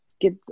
get